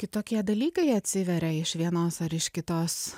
kitokie dalykai atsiveria iš vienos ar iš kitos